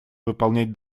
выполнять